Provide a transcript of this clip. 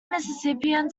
mississippian